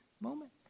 moment